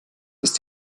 ist